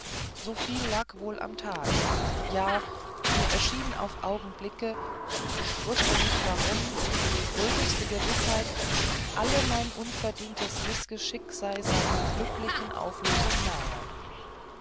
soviel lag wohl am tage ja mir erschien auf augenblicke ich wußte nicht warum die fröhlichste gewißheit alle mein unverdientes mißgeschick sei seiner glücklichen auflösung nahe